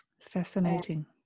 Fascinating